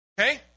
okay